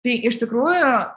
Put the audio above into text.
tai iš tikrųjų